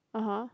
(uh huh)